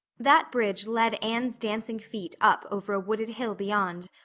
that bridge led anne's dancing feet up over a wooded hill beyond,